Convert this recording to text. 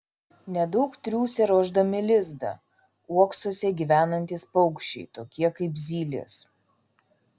nedaug triūsia ruošdami lizdą uoksuose gyvenantys paukščiai tokie kaip zylės